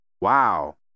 wow